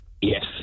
Yes